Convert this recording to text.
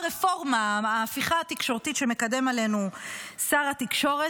ההפיכה התקשורתית שמקדם עלינו שר התקשורת,